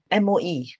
MOE